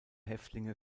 häftlinge